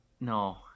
no